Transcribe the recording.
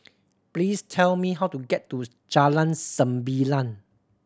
please tell me how to get to Jalan Sembilang